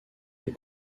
les